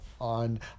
on